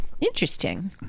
Interesting